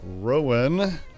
Rowan